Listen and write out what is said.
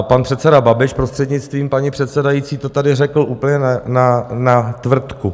Pan předseda Babiš, prostřednictvím paní předsedající, to tady řekl úplně na tvrdku.